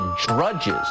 drudges